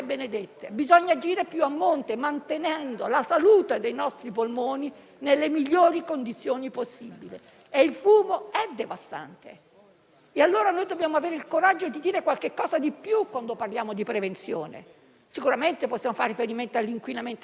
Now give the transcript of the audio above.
è devastante. Dobbiamo avere il coraggio, allora, di dire qualcosa di più quando parliamo di prevenzione. Sicuramente possiamo far riferimento all'inquinamento atmosferico, che pure è uno dei fattori che comportano disagio e sofferenza a tutte le nostre funzioni respiratorie, ma il fumo è una delle cause più conclamate e più chiare,